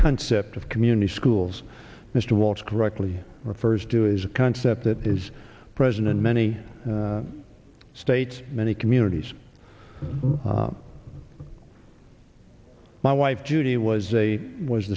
concept of community schools mr walsh correctly refers to is a concept that is present in many states many communities my wife judy was a was